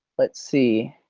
let's see,